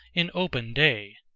in open day.